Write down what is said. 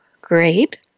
great